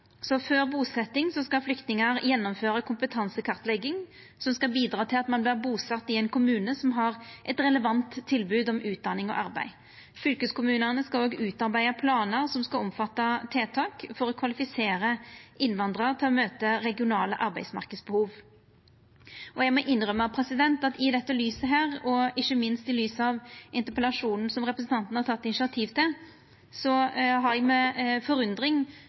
Før busetjing skal flyktningar gjennomføra kompetansekartlegging som skal bidra til at ein vert busett i ein kommune som har eit relevant tilbod om utdanning og arbeid. Fylkeskommunane skal òg utarbeida planar som skal omfatta tiltak for å kvalifisera innvandrarar til å møta regionale arbeidsmarknadsbehov. Eg må innrømma at i lys av dette, og ikkje minst i lys av interpellasjonen som representanten har teke initiativ til, har eg med forundring